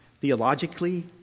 Theologically